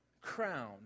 crown